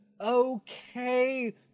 okay